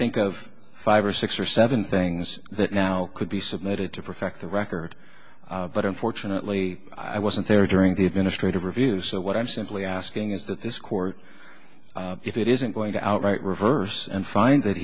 think of five or six or seven things that now could be submitted to perfect the record but unfortunately i wasn't there during the administrative review so what i'm simply asking is that this court if it isn't going to outright reverse and find that